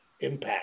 Impact